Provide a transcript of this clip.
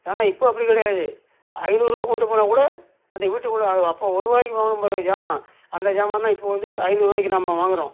ஆனால் இப்போ அப்படி கிடையாது ஐநூறுரூவா கொண்டுட்டு போனா கூட அந்த வீட்டுக்குள்ளே அது அப்போ ஒரு ரூவாய்க்கு வாங்கினோம் பாருங்கள் ஜாமான் அந்த ஜாமான் தான் இப்போ வந்து ஐநூறுரூவாய்க்கு நம்ம வாங்குறோம்